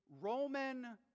Roman